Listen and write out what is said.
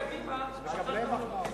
בקדימה, שכחת אותו בכניסה לכנסת.